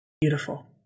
beautiful